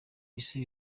isi